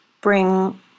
bring